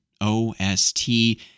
O-S-T